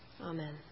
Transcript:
Amen